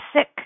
sick